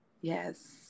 Yes